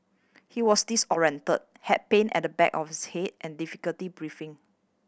he was disorientated had pain at the back of his head and difficulty breathing